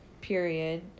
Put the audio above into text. period